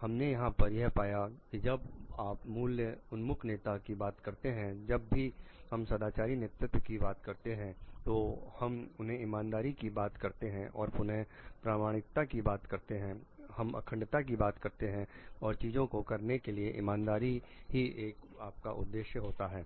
हमने यहां पर यह पाया कि जब आप मूल्य उन्मुख नेता की बात करते हैं जब भी हम सदाचारी नेतृत्व की बात करते हैं तो हम उन्हें इमानदारी की बात करते हैं पुनः प्रमाणिकता की बात करते हैं हम अखंडता की बात करते हैं और चीजों को करने के लिए इमानदारी ही आपका उद्देश्य होता है